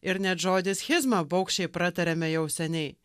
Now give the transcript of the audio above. ir net žodį schizma baugščiai pratariame jau seniai